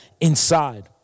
inside